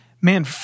man